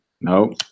Nope